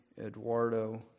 Eduardo